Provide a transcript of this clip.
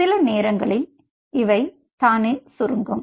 சில நேரங்களில் இவை தானே சுருங்கும்